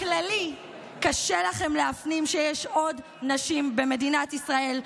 בכללי קשה לכן להפנים שיש עוד נשים במדינת ישראל,